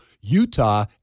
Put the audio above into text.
Utah